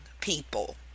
people